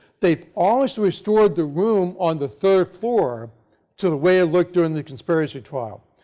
they also restored the room on the third floor to the way it looked during the conspiracy trial.